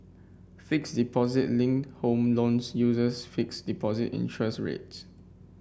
fixed deposit linked home loans uses fixed deposit interest rates